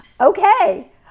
okay